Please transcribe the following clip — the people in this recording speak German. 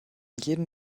jedem